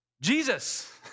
Jesus